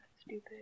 stupid